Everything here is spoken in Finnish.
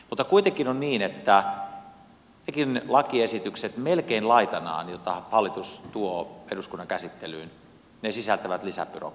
mutta kuitenkin on niin että nekin lakiesitykset melkein laitanaan joita hallitus tuo eduskunnan käsittelyyn sisältävät lisäbyrokratiaa